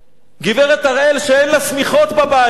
גברת הראל, שאין לה שמיכות בבית,